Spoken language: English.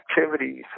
activities